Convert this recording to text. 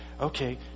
Okay